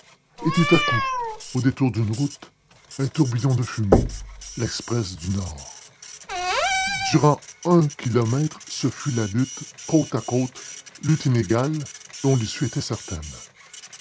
et tout à coup au détour d'une route un tourbillon de fumée l'express du nord durant un kilomètre ce fut la lutte côte à côte lutte inégale dont l'issue était certaine